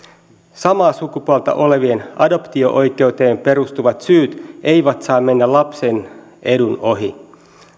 samaa sukupuolta olevien adoptio oikeuteen perustuvat syyt eivät saa mennä lapsen edun ohi